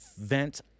Vent